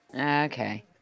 Okay